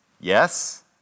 yes